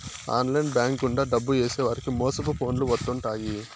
online bank గుండా డబ్బు ఏసేవారికి మోసపు ఫోన్లు వత్తుంటాయి